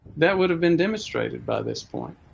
that would have been demonstrated by this point